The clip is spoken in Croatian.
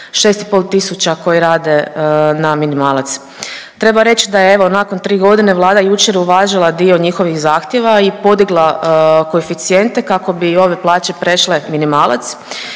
6.500 tisuća koji rade na minimalac. Treba reć da je evo nakon 3.g. Vlada jučer uvažila dio njihovih zahtjeva i podigla koeficijente kako bi i ove plaće prešle minimalac